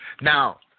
Now